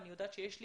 אני יודעת שיש לי